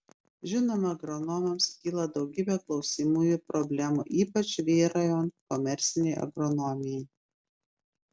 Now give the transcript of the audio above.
žinoma agronomams kyla daugybė klausimų ir problemų ypač vyraujant komercinei agronomijai